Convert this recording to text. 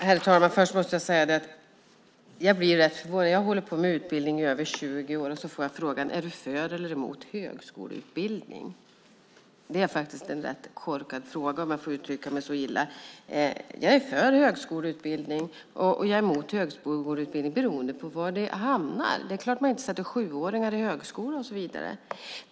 Herr talman! Först måste jag säga att jag blir rätt förvånad. Jag har hållit på med utbildning i över 20 år. Och så får jag frågan: Är du för eller emot högskoleutbildning? Det är faktiskt en rätt korkad fråga, om jag får uttrycka mig så illa. Jag är för högskoleutbildning, och jag är emot högskoleutbildning beroende på var det hamnar. Det är klart att man inte sätter sjuåringar i högskola och så vidare.